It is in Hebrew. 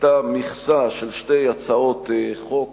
הוקצתה מכסה של שתי הצעות חוק